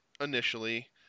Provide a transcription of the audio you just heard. initially